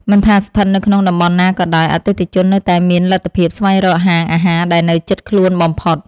មិនថាស្ថិតនៅក្នុងតំបន់ណាក៏ដោយអតិថិជននៅតែមានលទ្ធភាពស្វែងរកហាងអាហារដែលនៅជិតខ្លួនបំផុត។